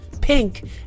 Pink